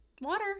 Water